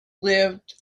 lived